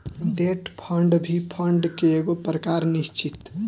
debt fund भी fund के एगो प्रकार निश्चित